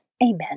Amen